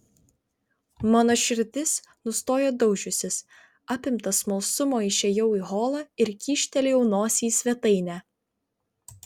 mano širdis nustojo daužiusis apimtas smalsumo išėjau į holą ir kyštelėjau nosį į svetainę